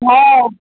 हँ